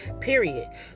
period